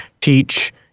teach